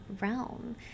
realm